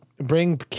bring